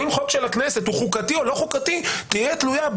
האם חוק של הכנסת הוא חוקתי או לא חוקתי תהיה תלויה,